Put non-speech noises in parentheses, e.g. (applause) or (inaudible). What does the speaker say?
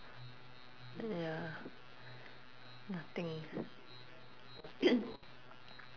ya nothing (noise)